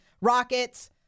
rockets